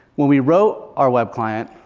when we wrote our web client,